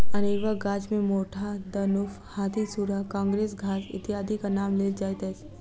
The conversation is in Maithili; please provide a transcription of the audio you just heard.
अनेरूआ गाछ मे मोथा, दनुफ, हाथीसुढ़ा, काँग्रेस घास इत्यादिक नाम लेल जाइत अछि